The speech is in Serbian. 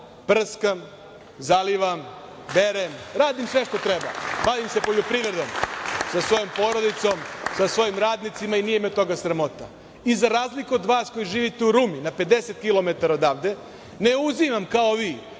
prskam, zalivam, berem, radim sve što treba, bavim se poljoprivredom sa svojom porodicom, sa svojim radnicima i nije me toga sramota. Za razliku od vas koji živite u Rumi, na 50 kilometara odavde, ne uzimam kao vi